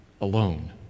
alone